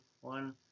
one